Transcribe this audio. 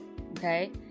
okay